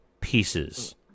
pieces